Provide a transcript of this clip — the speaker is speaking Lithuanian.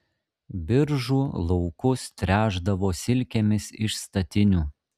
biržų laukus tręšdavo silkėmis iš statinių